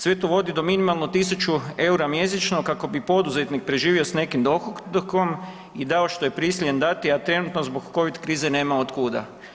Sve to vodi do minimalno tisuću eura mjesečno kako bi poduzetnik preživio s nekim dohotkom i dao što je prisiljen dati, a trenutno zbog covid krize nema od kuda.